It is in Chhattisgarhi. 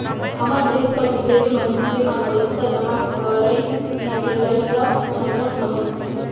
हमर देस कर ढेरे मइनसे मन पइसा जमा करई हिंकलई ल झंझट समुझथें